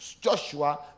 joshua